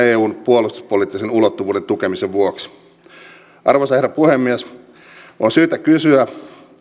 eun puolustuspoliittisen ulottuvuuden tukemisen vuoksi arvoisa herra puhemies on syytä kysyä